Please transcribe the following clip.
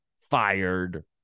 fired